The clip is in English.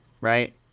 right